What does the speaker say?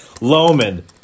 Loman